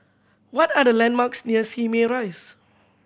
what are the landmarks near Simei Rise